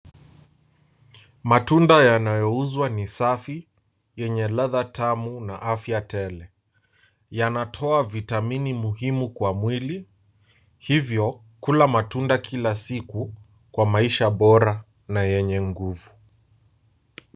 Matunda yanayouzwa ni safi yenye ladha tamu na afya tele. Yanatoa vitamini muhimu kwa mwili, hivyo kula matunda kila siku kwa maisha bora na yenye nguvu.